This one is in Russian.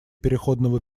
переходного